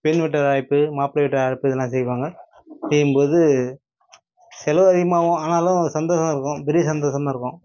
பெண் வீட்டு அழைப்பு மாப்ளை வீட்டு அழைப்பு இதெல்லாம் செய்வாங்க செய்யும்போது செலவு அதிகமாகும் ஆனாலும் சந்தோஷம் இருக்கும் பெரிய சந்தோஷந்தான் இருக்கும்